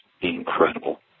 Incredible